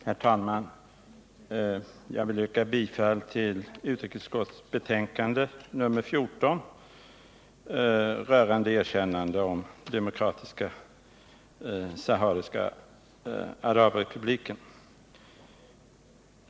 Herr talman! Jag vill yrka bifall till utskottets hemställan i betänkandet nr14 rörande erkännande av Demokratiska sahariska arabrepubliken.